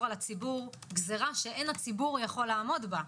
על הציבור גזירה שאין הציבור יכול לעמוד בה.